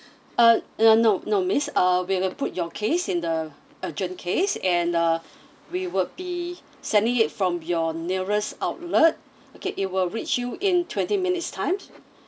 uh no no miss uh we have put your case in the urgent case and uh we will be sending it from your nearest outlet okay it will reach you in twenty minutes times